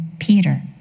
Peter